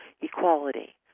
equality